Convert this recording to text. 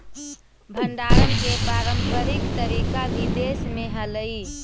भण्डारण के पारम्परिक तरीका भी देश में हलइ